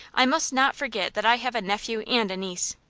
i must not forget that i have a nephew and a niece.